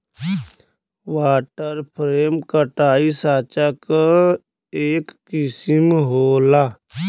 water frame कताई साँचा क एक किसिम होला